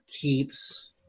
keeps